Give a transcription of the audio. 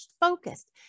focused